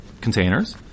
containers